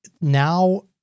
Now